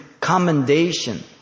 commendation